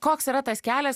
koks yra tas kelias